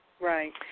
Right